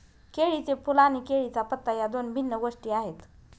केळीचे फूल आणि केळीचा पत्ता या दोन भिन्न गोष्टी आहेत